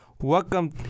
Welcome